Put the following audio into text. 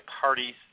parties